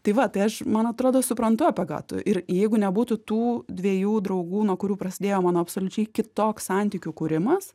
tai va tai aš man atrodo suprantu apie ką tu ir jeigu nebūtų tų dviejų draugų nuo kurių prasidėjo mano absoliučiai kitoks santykių kūrimas